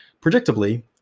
Predictably